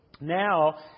now